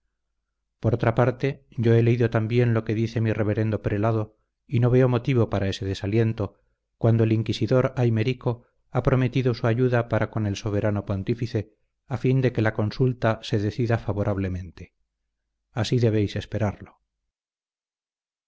por otra parte yo he leído también lo que dice mi reverendo prelado y no veo motivo para ese desaliento cuando el inquisidor aymerico ha prometido su ayuda para con el soberano pontífice a fin de que la consulta se decida favorablemente así debéis esperarlo